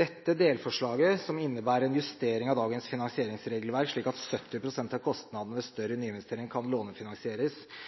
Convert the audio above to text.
Dette delforslaget, som innebærer en justering av dagens finansieringsregelverk, slik at 70 pst. av kostnadene ved større nyinvesteringer kan lånefinansieres,